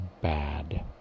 bad